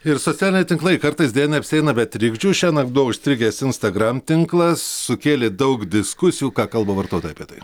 ir socialiniai tinklai kartais deja neapsieina be trikdžių šiąnakt buvo užstrigęs instagram tinklas sukėlė daug diskusijų ką kalba vartota apie tai